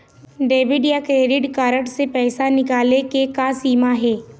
Debit या credit card से पैसा निकाले के का सीमा हे?